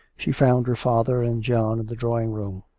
she found her father and john in the drawing-room.